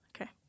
Okay